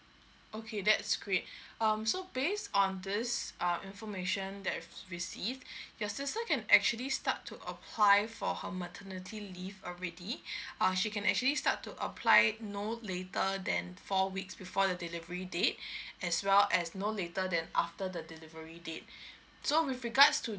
okay that's great um so based on this err information that I've received your sister can actually start to apply for her maternity leave already err she can actually start to apply it no later than four weeks before the delivery date as well as no later than after the delivery date so with regards to